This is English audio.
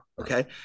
Okay